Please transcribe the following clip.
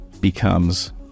becomes